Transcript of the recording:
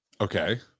okay